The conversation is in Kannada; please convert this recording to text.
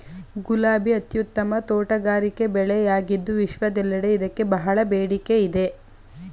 ಗುಲಾಬಿ ಅತ್ಯುತ್ತಮ ತೋಟಗಾರಿಕೆ ಬೆಳೆಯಾಗಿದ್ದು ವಿಶ್ವದೆಲ್ಲೆಡೆ ಇದಕ್ಕೆ ಬಹಳ ಬೇಡಿಕೆ ಇದೆ